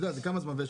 זה כמה זמן,